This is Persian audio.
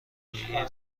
این